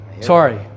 Sorry